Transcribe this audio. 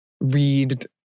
read